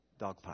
dogpile